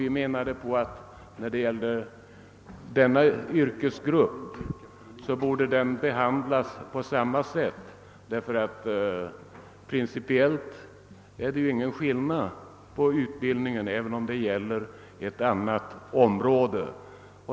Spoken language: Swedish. Vi menade att den yrkesgrupp det här gäller borde behandlas på samma sätt, ty principiellt är det ju ingen skillnad på utbildningen, även om det gäller ett annat område.